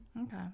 Okay